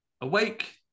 awake